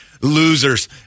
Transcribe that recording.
losers